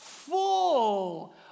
full